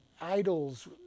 idols